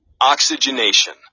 Oxygenation